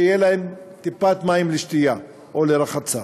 שתהיה להם טיפת מים לשתייה או לרחצה.